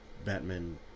Batman